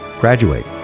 graduate